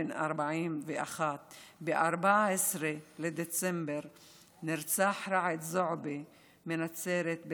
בן 41. ב-14 בדצמבר נרצח רעד זועבי מנצרת,